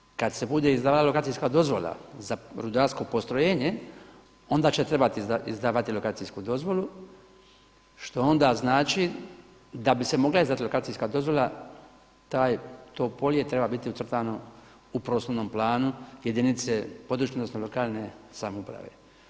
Međutim, kad se bude izdavala lokacijska dozvola za rudarsko postrojenje onda će trebati izdavati lokacijsku dozvolu što onda znači da bi se mogla izdavati lokacijska dozvola to polje treba biti ucrtano u prostornom planu jedinice područne odnosno lokalne samouprave.